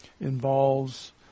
involves